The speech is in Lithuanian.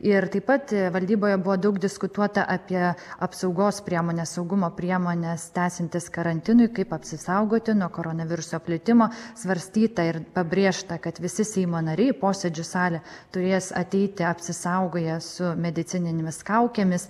ir taip pat valdyboje buvo daug diskutuota apie apsaugos priemones saugumo priemones tęsiantis karantinui kaip apsisaugoti nuo koronaviruso plitimo svarstyta ir pabrėžta kad visi seimo nariai į posėdžių salę turės ateiti apsisaugoję su medicininėmis kaukėmis